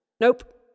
Nope